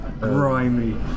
Grimy